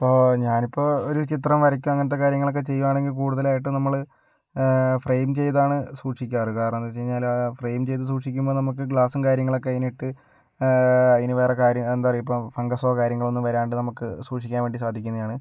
ഇപ്പോൾ ഞാനിപ്പോൾ ഒരു ചിത്രം വരയ്ക്കുവോ അങ്ങനത്തെ കാര്യങ്ങളൊക്കെ ചെയ്യുവാണെങ്കിൽ കൂടുതലായിട്ടും നമ്മള് ഫ്രെയിം ചെയ്താണ് സൂക്ഷിക്കാറ് കാരണമെന്ന് വെച്ചഴിഞ്ഞാല് ഫ്രെയിം ചെയ്ത് സൂക്ഷിക്കുമ്പോൾ നമുക്ക് ഗ്ലാസും കാര്യങ്ങളൊക്കെ ഇങ്ങനിട്ട് അതിന് വേറെ കാര്യ എന്താ പറയുക ഇപ്പം ഫംഗസോ കാര്യങ്ങളൊന്നും വരാണ്ട് നമുക്ക് സൂക്ഷിക്കാൻ വേണ്ടി സാധിക്കുന്നയാണ്